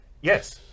Yes